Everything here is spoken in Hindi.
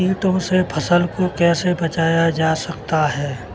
कीटों से फसल को कैसे बचाया जा सकता है?